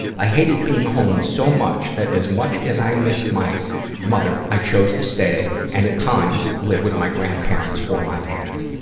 i hated being home so much that as much as i missed my mother, i chose to stay and, at time, live with my grandparents or my aunt.